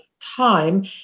time